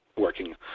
working